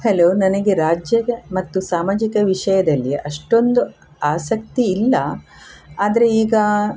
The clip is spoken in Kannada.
ಹೆಲೋ ನನಗೆ ರಾಜ್ಯದ ಮತ್ತು ಸಾಮಾಜಿಕ ವಿಷಯದಲ್ಲಿ ಅಷ್ಟೊಂದು ಆಸಕ್ತಿ ಇಲ್ಲ ಆದರೆ ಈಗ